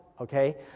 okay